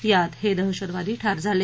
यात हे दहशतवादी ठार झाले